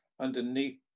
underneath